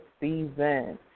season